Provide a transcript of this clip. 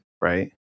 Right